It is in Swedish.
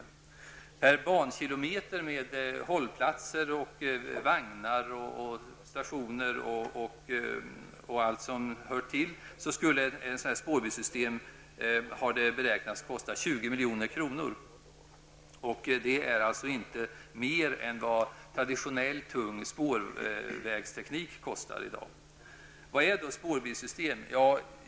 Det har beräknats att ett spårbilssystem per bankilometer skulle kosta 20 milj.kr., och då är hållplatser, vagvar, stationer och allt annat som hör till inräknat. Det är alltså inte mer än vad traditionell tung spårvägsteknik i dag kostar. Vad är då ett spårbilssystem?